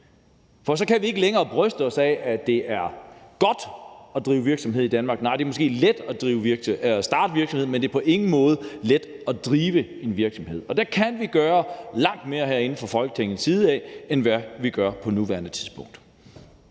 ellers kan vi ikke længere bryste os af, at det er godt at drive virksomhed i Danmark. Nej, det er måske let at starte en virksomhed, men det er på ingen måde let at drive en virksomhed. Der kan vi gøre langt mere herinde fra Folketingets side, end vi gør på nuværende tidspunkt.